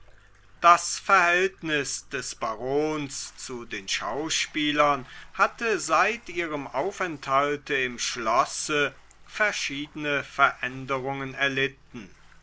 das verhältnis des barons zu den schauspielern hatte seit ihrem aufenthalte im schlosse verschiedene veränderungen erlitten